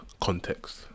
context